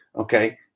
okay